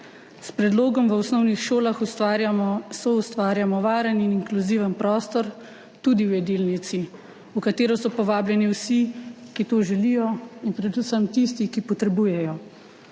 S predlogom v osnovnih šolah soustvarjamo varen in inkluziven prostor tudi v jedilnici, v katero so povabljeni vsi, ki to želijo, in predvsem tisti, ki potrebujejo.